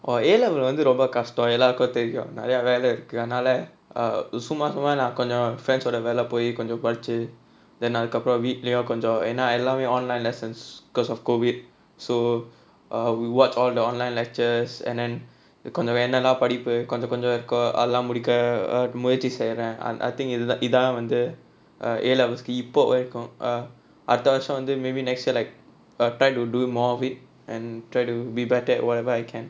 oh A level வந்து ரொம்ப கஷ்டம் எல்லாருக்கும் தெரியும் நிறைய வேல இருக்கு அதுனால சும்மா சும்மா நா கொஞ்சம்:vanthu romba kashtam ellaarukkum theriyum niraiyaa vela irukku athunaala summa summa naa konjam friends ஓட வெளில போய் கொஞ்சம் படிச்சு:oda velila poi konjam padichu then அதுக்கு அப்பறம் வீட்லயும் கொஞ்சம் ஏன்னா எல்லாமே:athukku appuram veetlayum konjam yaennaa ellaamae online lessons because of COVID so are we watch all the online lectures and கொஞ்சம் என்னலாம் படிப்பு கொஞ்ச கொஞ்சம் இருக்கோ அதெல்லாம் முடிக்க முயற்சி செய்றேன்:konjaam ennalaam padippu konja konjam irukko athellaam mudikka muyarchi seiren I think இதான் வந்து:ithaan vanthu A levels இப்ப வரைக்கும் அடுத்த வருஷம் வந்து:ippa varaikkum adutha varusham vanthu maybe next year like I tried to do more of it and try to be better whatever I can